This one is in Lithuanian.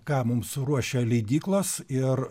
ką mums ruošia leidyklos ir